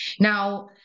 Now